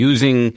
Using